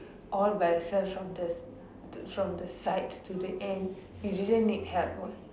all by yourself from the from the side to the end you did not need help what